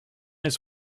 his